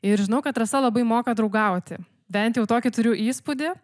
ir žinau kad rasa labai moka draugauti bent jau tokį turiu įspūdį